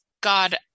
God